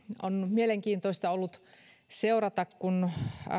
on mielenkiintoista ollut seurata kun